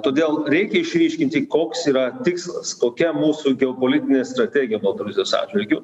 todėl reikia išryškinti koks yra tikslas kokia mūsų geopolitinė strategija baltarusijos atžvilgiu